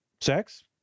sex